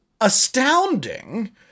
astounding